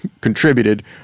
contributed